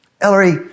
Ellery